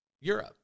Europe